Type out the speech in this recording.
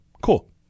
Cool